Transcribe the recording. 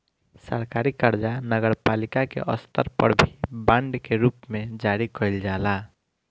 सरकारी कर्जा नगरपालिका के स्तर पर भी बांड के रूप में जारी कईल जाला